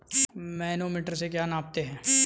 Manometer से क्या नापते हैं?